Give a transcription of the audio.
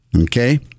Okay